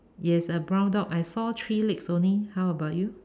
yes a brown dog I saw three legs only how about you